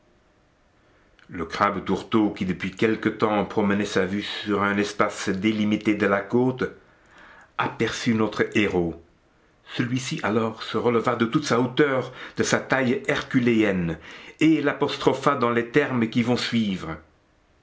le crabe tourteau qui depuis quelque temps promenait sa vue sur un espace délimité de la côte aperçut notre héros celui-ci alors se releva de toute la hauteur de sa taille herculéenne et l'apostropha dans les termes qui vont suivre